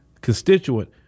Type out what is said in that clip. constituent